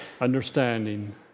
understanding